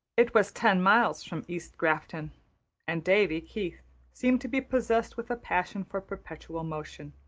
it was ten miles from east grafton and davy keith seemed to be possessed with a passion for perpetual motion.